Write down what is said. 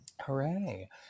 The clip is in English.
Hooray